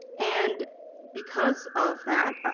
and because of that,